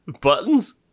buttons